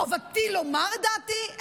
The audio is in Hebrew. חובתי לומר את דעתי,